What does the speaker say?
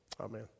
Amen